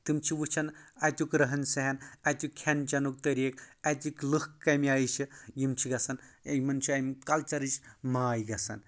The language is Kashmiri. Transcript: تِم چھِ وٕچھان اتیُکھ ریٚہن سیٚہن اتیُکھ کھٮ۪ن چٮ۪نُک طریٖق اتِکۍ لُکھ کمہِ آیہِ چھِ یِم چھِ یژھان یِمن چھُ امہِ کَلچَرٕچ ماے گژھان